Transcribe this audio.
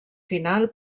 final